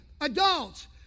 adults